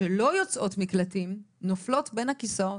שלא יוצאות מקלטים נופלות בין הכיסאות.